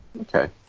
Okay